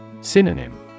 Synonym